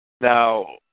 Now